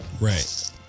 Right